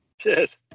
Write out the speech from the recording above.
Cheers